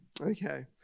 okay